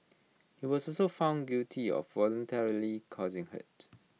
he was also found guilty of voluntarily causing hurt